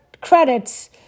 credits